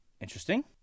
Interesting